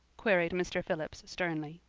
queried mr. phillips sternly.